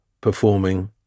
performing